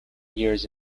years